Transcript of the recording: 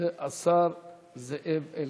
השר זאב אלקין.